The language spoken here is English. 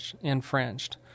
infringed